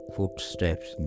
Footsteps